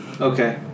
Okay